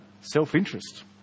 self-interest